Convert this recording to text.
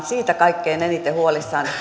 siitä kaikkein eniten huolissani